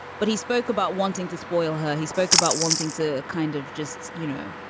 but he spoke about wanting to spoil her. he spoke about wanting to kind of just, you know,